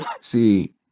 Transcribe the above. See